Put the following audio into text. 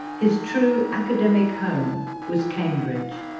his true academic home was cambridge.